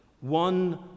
one